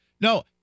No